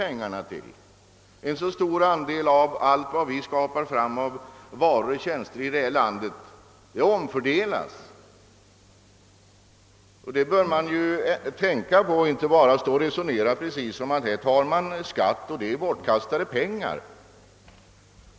En så stor andel av vad vi skapar av varor och tjänster omfördelas — det bör man tänka på och inte bara resonera som om skatterna är bortkastade pengar.